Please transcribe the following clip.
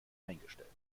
eingestellt